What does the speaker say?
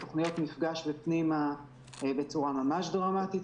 בתוכניות "מפגש" ו"פנימה" בצורה ממש דרמטית,